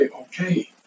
okay